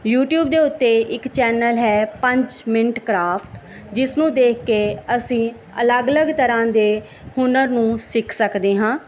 YouTube ਦੇ ਉੱਤੇ ਇੱਕ ਚੈਨਲ ਹੈ ਪੰਚ ਮਿੰਟ ਕ੍ਰਾਫਟ ਜਿਸ ਨੂੰ ਦੇਖ ਕੇ ਅਸੀਂ ਅਲੱਗ ਅਲੱਗ ਤਰ੍ਹਾ ਦੇ ਹੁਨਰ ਨੂੰ ਸਿੱਖ ਸਕਦੇ ਹਾਂ